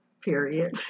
Period